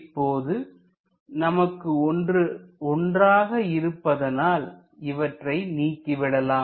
இப்பொழுது நமக்கு ஒன்றாக இருப்பதனால் இவற்றை நீக்கிவிடலாம்